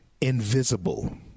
invisible